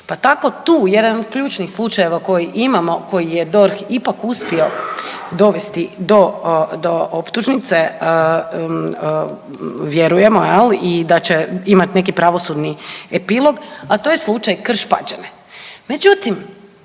Pa tako tu jedan od ključnih slučajeva koje imamo koji je DORH ipak uspio dovesti do, do optužnice vjerujemo jel i da će imat neki pravosudni epilog, a to je slučaj Krš-Pađene.